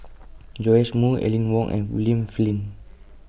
Joash Moo Aline Wong and William Flint